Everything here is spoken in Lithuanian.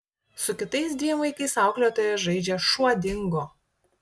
su kitais dviem vaikais auklėtoja žaidžia šuo dingo